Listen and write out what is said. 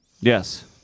Yes